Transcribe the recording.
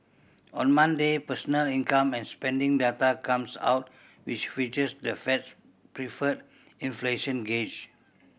on Monday personal income and spending data comes out which features the Fed's preferred inflation gauge